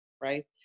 right